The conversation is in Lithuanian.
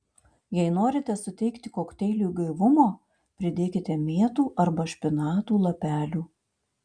jei norite suteikti kokteiliui gaivumo pridėkite mėtų arba špinatų lapelių